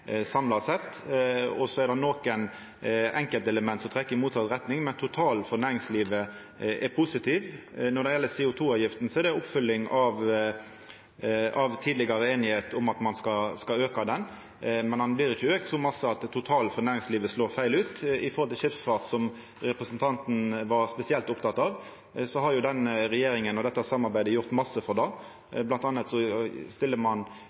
samla sett, og så er det nokre enkeltelement som trekkjer i motsett retning. Men totalen for næringslivet er positiv. Når det gjeld CO 2 -avgifta, er det ei oppfølging av tidlegare einigheit om at ein skal auka ho. Men ho blir ikkje auka så mykje at totalen for næringslivet slår feil ut. For skipsfarten, som representanten var spesielt oppteken av, har denne regjeringa og dette samarbeidet gjort mykje, m.a. stiller ein